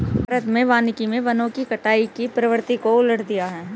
भारत में वानिकी मे वनों की कटाई की प्रवृत्ति को उलट दिया है